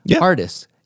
artists